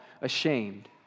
ashamed